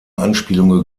anspielung